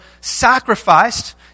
sacrificed